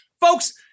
Folks